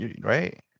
right